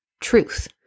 truth